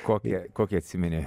kokį kokį atsimeni